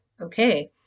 okay